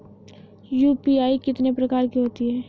UPI कितने प्रकार की होती हैं?